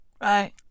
right